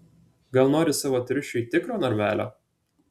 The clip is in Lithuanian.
gal nori savo triušiui tikro narvelio